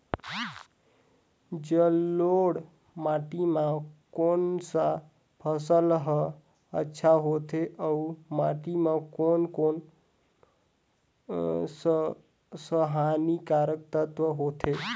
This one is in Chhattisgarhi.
जलोढ़ माटी मां कोन सा फसल ह अच्छा होथे अउर माटी म कोन कोन स हानिकारक तत्व होथे?